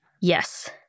Yes